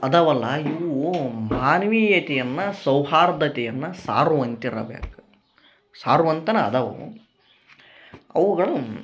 ಅದಾವಲ್ಲ ಇವು ಮಾನವೀಯತೆಯನ್ನ ಸೌಹಾರ್ದತೆಯನ್ನ ಸಾರುವಂತಿರಬೇಕ ಸಾರುವಂತನ ಅದಾವ ಅವು ಅವುಗಳು